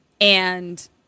and-